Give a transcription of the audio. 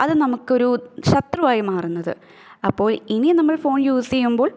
അത് നമുക്കൊരു ശത്രുവായി മാറുന്നത് അപ്പോൾ ഇനി നമ്മൾ ഫോൺ യൂസ് ചെയ്യുമ്പോൾ